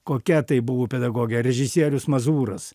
kokia tai buvo pedagogė režisierius mazūras